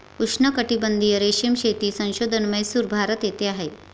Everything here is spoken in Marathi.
उष्णकटिबंधीय रेशीम शेती संशोधन म्हैसूर, भारत येथे आहे